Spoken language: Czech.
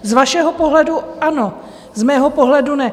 Z vašeho pohledu ano, z mého pohledu ne!